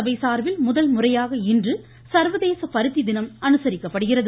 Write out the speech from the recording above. சபை சார்பில் முதன்முறையாக இன்று சா்வதேச பருத்தி தினம் அனுசரிக்கப்படுகிறது